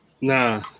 Nah